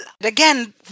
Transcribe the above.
Again